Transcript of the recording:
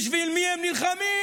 בשביל מי הם נלחמים?